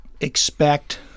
expect